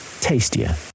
tastier